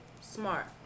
Smart